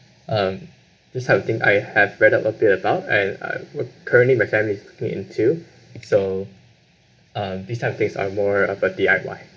um this type of thing I have read up a bit about and I uh currently my family is looking into it so um this type of case I'm more about D_I_Y